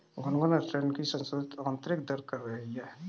Gungun return की संशोधित आंतरिक दर कर रही है